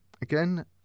again